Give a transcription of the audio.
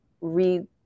read